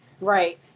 Right